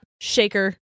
Shaker